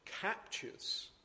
captures